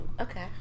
Okay